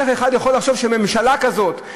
איך אחד יכול לחשוב שממשלה כזאת,